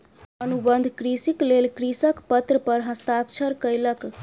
अनुबंध कृषिक लेल कृषक पत्र पर हस्ताक्षर कयलक